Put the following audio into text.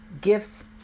gifts